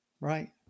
Right